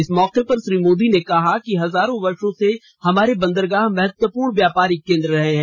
इस मौके पर श्री मोदी ने कहा हजारों वर्षो से हमारे बंदरगाह महत्वपूर्ण ब्यापारिक केंद्र रहे हैं